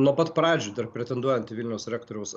nuo pat pradžių dar pretenduojant į vilniaus rektoriaus